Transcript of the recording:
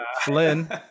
Flynn